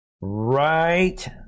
Right